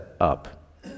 up